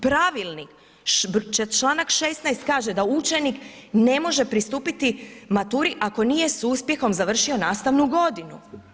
Pravilnik broj, članak 16. kaže da učenik ne može pristupiti maturi ako nije s uspjehom završio nastavnu godinu.